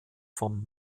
vom